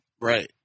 Right